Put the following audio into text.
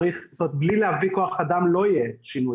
בלי להביא כוח אדם לא יהיה שינוי,